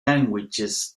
languages